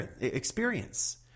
experience